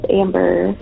Amber